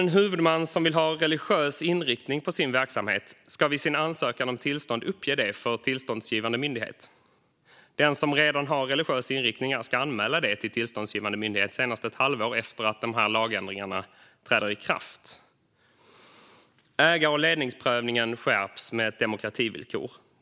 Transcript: En huvudman som vill ha religiös inriktning på sin verksamhet ska vid sin ansökan om tillstånd uppge detta för tillståndsgivande myndighet. Den som redan har religiös inriktning ska anmäla det till tillståndsgivande myndighet senast ett halvår efter att dessa lagändringar träder i kraft. Ägar och ledningsprövningen skärps med ett demokrativillkor.